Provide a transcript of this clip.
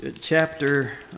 chapter